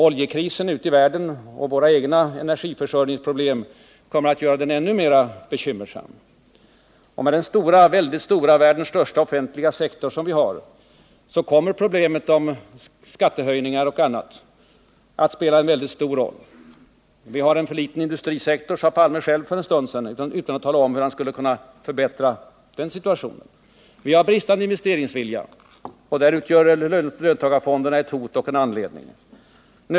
Oljekrisen ute i världen och våra egna energiförsörjningsproblem kommer att göra den ännu mer bekymmersam. Och med den stora — världens största — offentliga sektor som vi har kommer problemen när det gäller skattehöjningar och annat att spela en mycket stor roll. Vi har en för liten industrisektor, sade Olof Palme själv för en stund sedan, men utan att tala om hur han skulle förbättra den situationen. Vi har bristande investeringsvilja, och där utgör löntagarfonderna ett hot och en anledning.